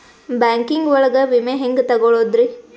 Banking ಒಳಗ ವಿಮೆ ಹೆಂಗ್ ತೊಗೊಳೋದ್ರಿ?